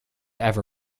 ever